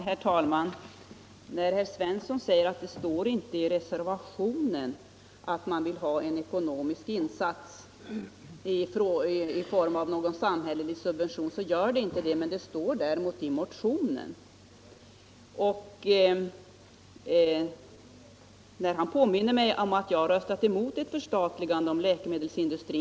Herr talman! Herr Svensson i Malmö säger att det inte står i reservationen att man vill ha till stånd en samhällelig subvention. Nej, det gör det inte, men det står däremot i motionen. Herr Svensson påminner mig om att jag har röstat emot ett förstatligande av läkemedelsindustrin.